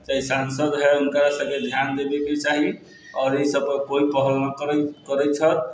जे सांसद है हुनका सभके ध्यान देबैके चाही आओर एहि सभ पर कोइ पहल न करै छथि